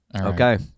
Okay